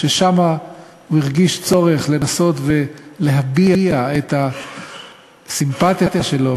הוא הרגיש צורך לנסות ולהביע שם את הסימפתיה שלו,